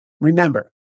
remember